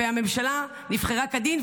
והממשלה נבחרה כדין,